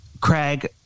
Craig